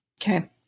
Okay